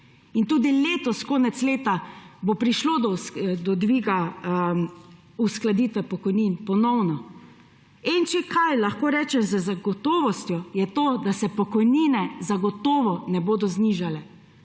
in tudi letos konec leta bo ponovno prišlo do dviga uskladitve pokojnin. In če kaj lahko rečem z gotovostjo, je to, da se pokojnine zagotovo ne bodo znižale,